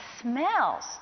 smells